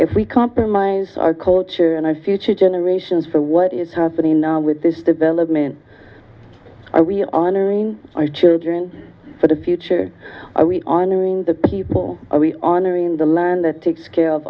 if we compromise our culture and i future generations for what is happening now with this development are we honoring my children for the future are we honoring the people we honor in the land that takes care of